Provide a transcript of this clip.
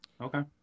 Okay